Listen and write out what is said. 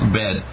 bed